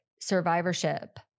survivorship